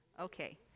Okay